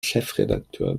chefredakteur